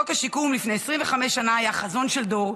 חוק השיקום לפני 25 שנה היה חזון של דור,